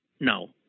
No